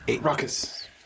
Ruckus